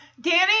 Danny